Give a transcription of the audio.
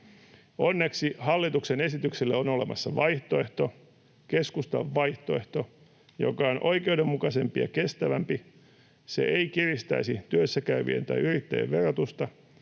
Onneksi hallituksen esitykselle on olemassa vaihtoehto, keskustan vaihtoehto, joka on oikeudenmukaisempi ja kestävämpi. Se ei kiristäisi työssäkäyvien tai yrittäjien verotusta,